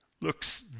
looks